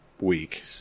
week